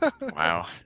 wow